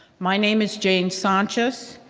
my name is jane sanchez.